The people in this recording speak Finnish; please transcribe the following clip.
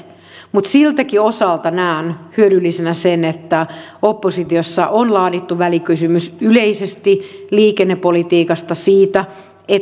mutta siltäkin osalta näen hyödyllisenä sen että oppositiossa on laadittu välikysymys yleisesti liikennepolitiikasta siitä